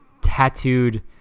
tattooed